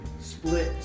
split